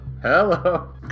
Hello